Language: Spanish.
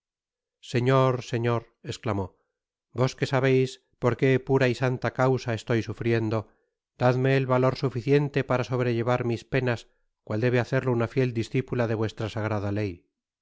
señor señor esclamó vos que sabeis porque pura y santa causa estoy sufriendo dadme el valor suficiente para sobrellevar mis penas cual debe hacerlo una fiel discipula de vuestra sagrada ley